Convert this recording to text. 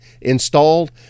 installed